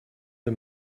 the